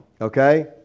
Okay